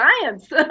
science